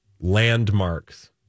Landmarks